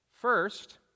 First